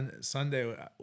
Sunday